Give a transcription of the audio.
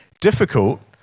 Difficult